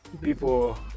people